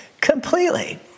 Completely